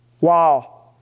Wow